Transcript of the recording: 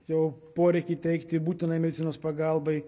jau poreikį teikti būtinai medicinos pagalbai